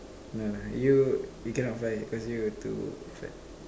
no lah you you cannot fly already because you're too fat